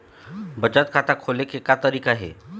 बचत खाता खोले के का तरीका हे?